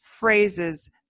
Phrases